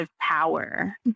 power